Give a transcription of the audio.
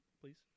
Please